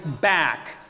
back